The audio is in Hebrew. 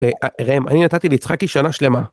‫ראם, אני נתתי ליצחקי שנה שלמה.